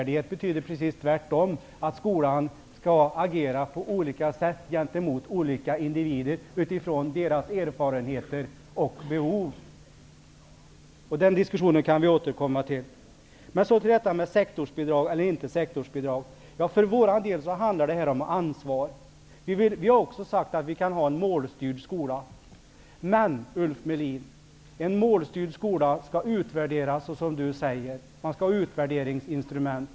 Det betyder precis tvärtom att skolan skall agera på olika sätt gentemot olika individer utifrån deras erfarenheter och behov. Till den diskussionen kan vi återkomma. Vad gäller sektorsbidrag eller inte vill jag säga att detta för vår del handlar om ansvar. Också vi har sagt att vi kan vara med på en målstyrd skola, Men, Ulf Melin, en målstyrd skola skall -- som du också säger -- utvärderas, och det skall finnas utvärderingsinstrument.